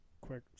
quick